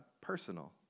personal